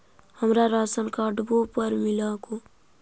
हमरा राशनकार्डवो पर मिल हको?